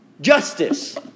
justice